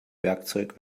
werkzeug